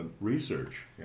research